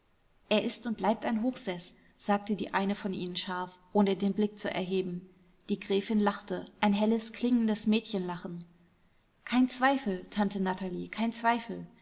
er ist und bleibt ein hochseß sagte die eine von ihnen scharf ohne den blick zu erheben die gräfin lachte ein helles klingendes mädchenlachen kein zweifel tante natalie kein zweifel